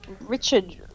Richard